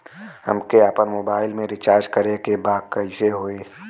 हमके आपन मोबाइल मे रिचार्ज करे के बा कैसे होई?